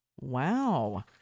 Wow